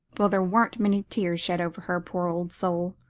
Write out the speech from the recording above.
well, there weren't many tears shed over her, poor old soul.